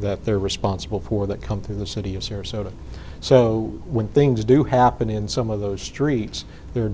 that they're responsible for that come through the city of sarasota so when things do happen in some of those streets the